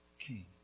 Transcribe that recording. king